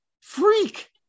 Freak